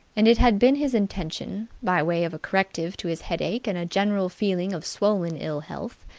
and it had been his intention, by way of a corrective to his headache and a general feeling of swollen ill-health,